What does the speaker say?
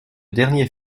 dernier